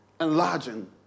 enlarging